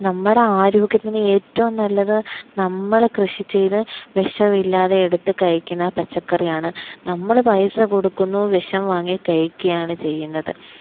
നമ്മുടെ ആരോഗ്യത്തിന് ഏറ്റവും നല്ലത് നമ്മള് കൃഷി ചെയ്ത് വിഷമില്ലാതെ എടുത്തുകഴിക്കുന്ന പച്ചക്കറിയാണ് നമ്മള് പൈസ കൊടുക്കുന്നു വിഷം വാങ്ങിക്കഴിക്കുകയാണ് ചെയ്യുന്നത്